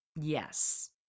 Yes